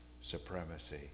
supremacy